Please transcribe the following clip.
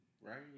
right